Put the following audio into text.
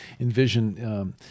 envision